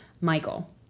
Michael